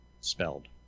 spelled